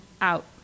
out